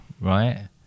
right